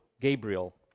Gabriel